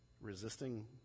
Resisting